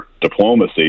diplomacy